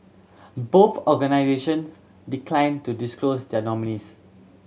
both organisations declined to disclose their nominees